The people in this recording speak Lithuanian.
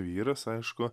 vyras aišku